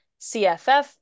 CFF